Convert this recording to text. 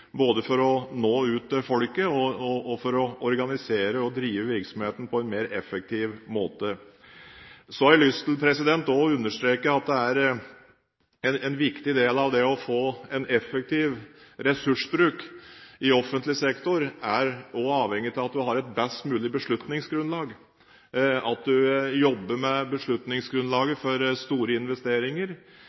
både for å nå ut til folket og for å organisere og drive virksomheten på en mer effektiv måte. Så har jeg lyst til å understreke at en viktig del av det å få en effektiv ressursbruk i offentlig sektor også er avhengig av at man har et best mulig beslutningsgrunnlag, at man jobber med beslutningsgrunnlaget for store investeringer